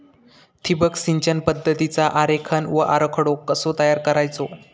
ठिबक सिंचन पद्धतीचा आरेखन व आराखडो कसो तयार करायचो?